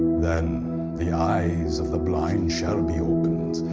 then the eyes of the blind shall be opened,